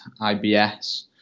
IBS